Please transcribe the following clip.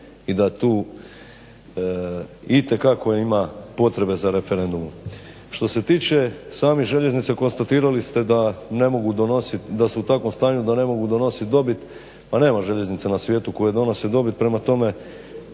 i da tu itekako ima potrebe za referendumom. Što se tiče samih željeznica konstatirali ste da ne mogu donosit, da su u takvom stanju da ne mogu donosit dobit. Pa nema željeznica na svijetu koje donose dobit, prema tome